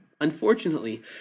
Unfortunately